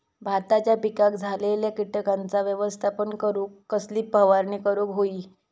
भाताच्या पिकांक झालेल्या किटकांचा व्यवस्थापन करूक कसली फवारणी करूक होई?